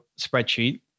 spreadsheet